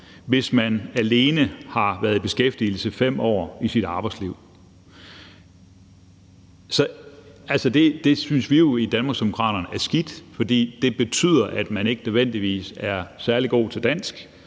hvis man har været i beskæftigelse i alene 5 år i sit arbejdsliv. Det synes vi i Danmarksdemokraterne jo er skidt, fordi det betyder, at man ikke nødvendigvis er særlig god til dansk